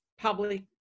public